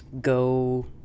go